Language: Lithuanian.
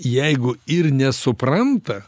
jeigu ir nesupranta